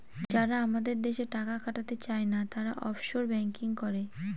যারা আমাদের দেশে টাকা খাটাতে চায়না, তারা অফশোর ব্যাঙ্কিং করে